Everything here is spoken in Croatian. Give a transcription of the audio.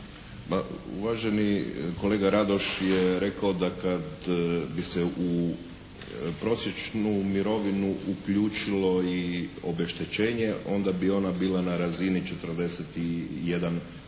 uvaženi kolega Radoš je rekao da kad bi se u prosječnu mirovinu uključilo i obeštećenje, onda bi ona bila na razini 41%